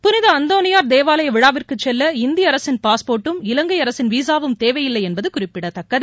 புனித அந்தோணியார் தேவாலய விழாவிற்கு செல்ல இந்திய அரசின் பாஸ்போர்ட்டும் இலங்கை அரசின் விசாவும் தேவையில்லை என்பது குறிப்பிடத்தக்கது